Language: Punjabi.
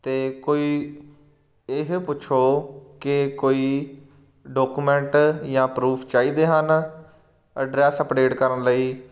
ਅਤੇ ਕੋਈ ਇਹ ਪੁੱਛੋ ਕਿ ਕੋਈ ਡੌਕੂਮੈਂਟ ਜਾਂ ਪਰੂਫ ਚਾਹੀਦੇ ਹਨ ਅਡਰੈਸ ਅਪਡੇਟ ਕਰਨ ਲਈ